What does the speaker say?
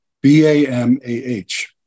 B-A-M-A-H